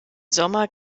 sommer